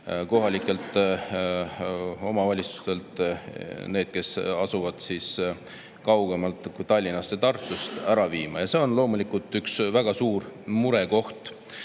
kohalikest omavalitsustest – neist, kes asuvad kaugemal Tallinnast ja Tartust – ära viima. See on loomulikult üks väga suur murekoht.